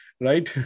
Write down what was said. Right